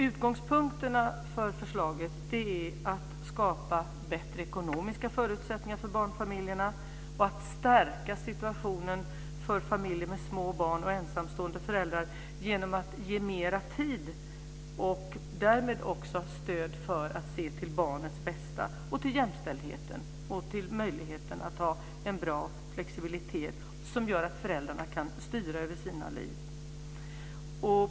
Utgångspunkten för förslaget är att skapa bättre ekonomiska förutsättningar för barnfamiljerna och att stärka situationen för familjer med små barn och ensamstående föräldrar genom att ge mera tid och stöd för att man ska kunna se till barnets bästa. Vi vill också stärka jämställdheten och ge möjlighet att ha en bra flexibilitet som gör att föräldrarna kan styra över sina liv.